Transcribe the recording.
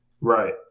Right